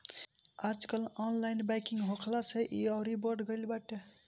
आजकल online banking होखला से इ अउरी बढ़ गईल बाटे